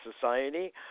society